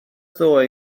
ddoe